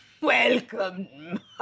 Welcome